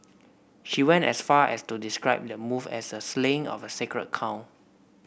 she went as far as to describe the move as the slaying of a sacred cow